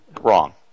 wrong